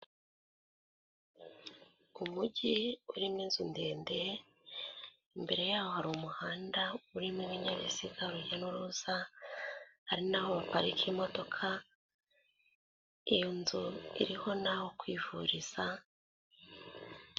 Umujyi urimo, inzu ndende imbere yaho hari umuhanda urimo ibinyabiziga urujya n'uruza, hari naho baparika imodoka, inzu iriho n'aho kwivuriza.